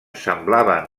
semblava